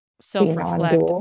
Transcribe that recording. self-reflect